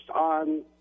on